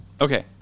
Okay